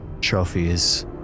trophies